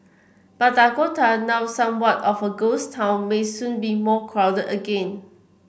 but Dakota now somewhat of a ghost town may soon be more crowded again